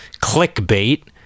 clickbait